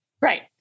Right